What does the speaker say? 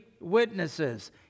witnesses